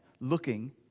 looking